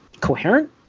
coherent